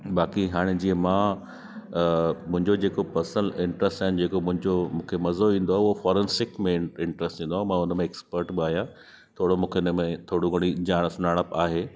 बाक़ी हाणे जीअं मां मुंहिंजो जेको पर्सनल इंट्र्स्ट आहिनि जेको मुंहिंजो मूंखे मज़ो ईंदो आहे उअ फॉरंसिक में इंट्र्स्ट ईंदो आहे मां उनमें एक्सपट बि आहियां थोरो मूंखे इनमें थोरी घणी ॼाण सुञाणपु आहे